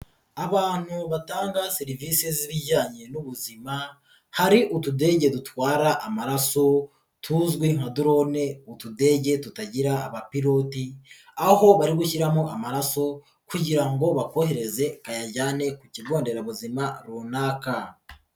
Abantu batanga serivise z'ibijyanye n'ubuzima, hari utudege dutwara amaraso tuzwi nka drone utudege tutagira abapiloti aho bari gushyiramo amaraso kugira ngo bakohereze bayajyane ku kigo nderabuzima runaka.